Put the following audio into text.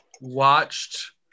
watched